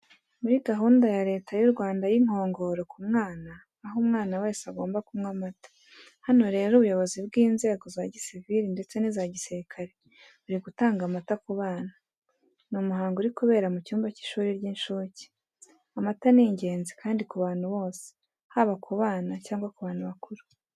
Muri gahunda ya Leta y'u Rwanda y'inkongoro ku mwana, aho umwana wese agomba kunywa amata. Hano rero ubuyobozi bw'inzego za gisivili ndetse n'iza gisirikare buri gutanga amata ku bana. Ni umuhango uri kubera mu cyumba cy'ishuri ry'incuke. Amata ni ingenzi kandi ku bantu bose haba ku bana cyangwa ku bantu bakuru.